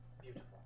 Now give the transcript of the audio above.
beautiful